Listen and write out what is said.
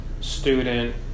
student